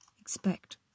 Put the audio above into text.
expect